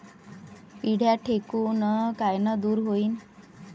पिढ्या ढेकूण कायनं दूर होईन?